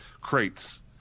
crates